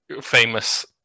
famous